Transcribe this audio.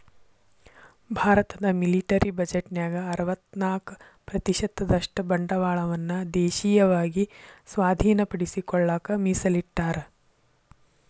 ಭಾರತದ ಮಿಲಿಟರಿ ಬಜೆಟ್ನ್ಯಾಗ ಅರವತ್ತ್ನಾಕ ಪ್ರತಿಶತದಷ್ಟ ಬಂಡವಾಳವನ್ನ ದೇಶೇಯವಾಗಿ ಸ್ವಾಧೇನಪಡಿಸಿಕೊಳ್ಳಕ ಮೇಸಲಿಟ್ಟರ